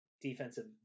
defensive